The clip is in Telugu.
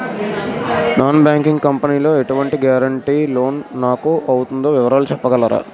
నాన్ బ్యాంకింగ్ కంపెనీ లో ఎటువంటి గారంటే లోన్ నాకు అవుతుందో వివరాలు చెప్పగలరా?